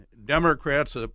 Democrats